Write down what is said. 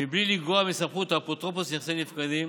מבלי לגרוע מסמכות האפוטרופוס לנכסי נפקדים